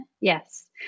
Yes